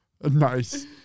Nice